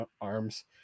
arms